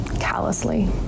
Callously